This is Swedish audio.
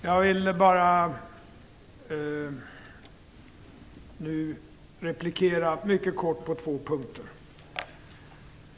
Herr talman! Jag vill mycket kort replikera på två punkter.